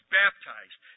baptized